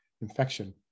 infection